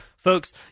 Folks